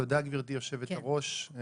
תודה גברתי יושבת הראש,